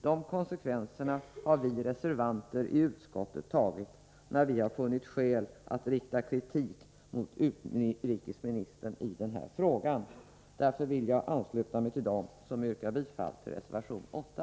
De konsekvenserna har vi reservanter i utskottet tagit när vi har funnit skäl att rikta kritik mot utrikesministern i den här frågan. Därför vill jag ansluta mig till dem som yrkar bifall till reservation 8.